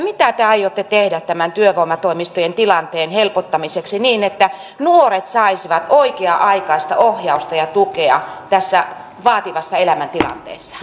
mitä te aiotte tehdä tämän työvoimatoimistojen tilanteen helpottamiseksi niin että nuoret saisivat oikea aikaista ohjausta ja tukea tässä vaativassa elämäntilanteessaan